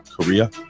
Korea